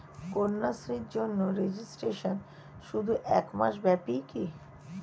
কন্যাশ্রীর জন্য রেজিস্ট্রেশন শুধু এক মাস ব্যাপীই কি?